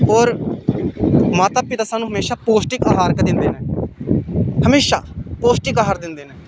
होर माता पिता सानूं हमेशा पौश्टिक आहार गै दिंदे न हमेशा पौश्टिक आहार दिंदे न